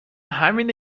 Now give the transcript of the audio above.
همینه